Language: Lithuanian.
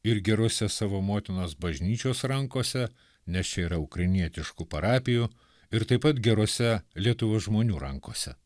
ir gerose savo motinos bažnyčios rankose nes čia yra ukrainietiškų parapijų ir taip pat gerose lietuvos žmonių rankose